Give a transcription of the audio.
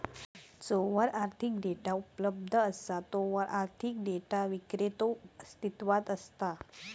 जोवर आर्थिक डेटा उपलब्ध असा तोवर आर्थिक डेटा विक्रेतो अस्तित्वात असता